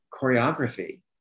choreography